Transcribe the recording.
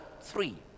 three